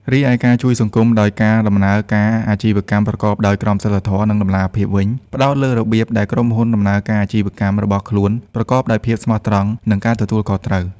រីឯការជួយសង្គមដោយការដំណើរការអាជីវកម្មប្រកបដោយក្រមសីលធម៌ និងតម្លាភាពវិញ ផ្តោតលើរបៀបដែលក្រុមហ៊ុនដំណើរការអាជីវកម្មរបស់ខ្លួនប្រកបដោយភាពស្មោះត្រង់ និងការទទួលខុសត្រូវ។